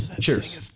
Cheers